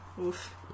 oof